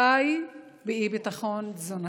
חי באי-ביטחון תזונתי.